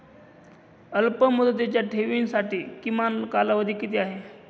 अल्पमुदतीच्या ठेवींसाठी किमान कालावधी किती आहे?